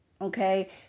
okay